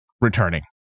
returning